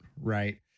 right